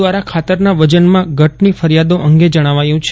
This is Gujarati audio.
દ્વારા ખાતરના વજનમાં ઘટની ફરીયાદો અંગે જણાવાયું છે